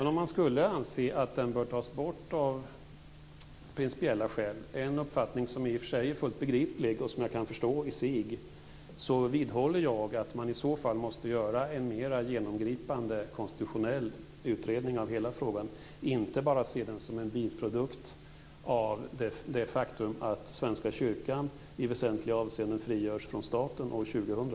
Om man skulle anse att den bör tas bort av principiella skäl - en uppfattning som i och för sig är fullt begriplig och som jag kan förstå - vidhåller jag att man måste göra en mera genomgripande konstitutionell utredning av hela frågan och inte bara se den som en biprodukt av det faktum att Svenska kyrkan i väsentliga avseenden frigörs från staten år 2000.